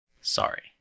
sorry